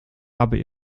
aber